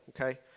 okay